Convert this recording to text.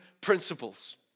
principles